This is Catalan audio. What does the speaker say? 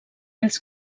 els